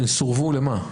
אבל הם סורבו למה?